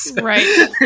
Right